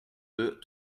deux